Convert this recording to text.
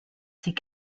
ses